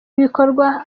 bikorwa